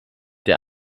der